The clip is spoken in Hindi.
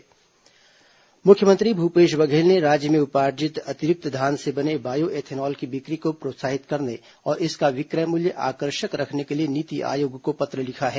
मुख्यमंत्री बायो एथेनॉल मुख्यमंत्री भूपेश बघेल ने राज्य में उपार्जित अतिरिक्त धान से बने बायो एथेनॉल की बिक्री को प्रोत्साहित करने और इसका विक्रय मूल्य आकर्षक रखने के लिए नीति आयोग को पत्र लिखा है